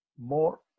more